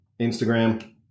Instagram